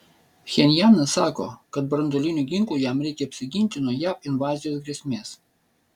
pchenjanas sako kad branduolinių ginklų jam reikia apsiginti nuo jav invazijos grėsmės